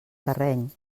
terreny